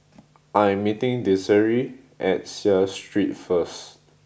I am meeting Desiree at Seah Street first